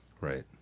Right